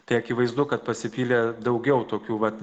tai akivaizdu kad pasipylė daugiau tokių vat